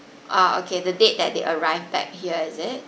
oh okay the date that they arrived back here is it